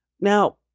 Now